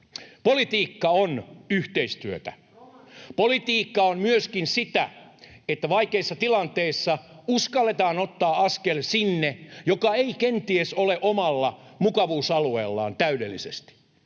Heinäluoman välihuuto] Politiikka on myöskin sitä, että vaikeissa tilanteissa uskalletaan ottaa askel sinne, mikä ei kenties ole omalla mukavuusalueella täydellisesti.